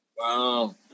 Wow